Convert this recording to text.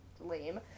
lame